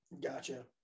Gotcha